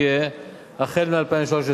תהיה החל מ-2013.